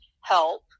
help